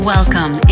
Welcome